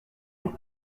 and